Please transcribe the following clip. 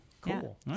cool